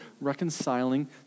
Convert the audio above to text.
reconciling